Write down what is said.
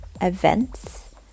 events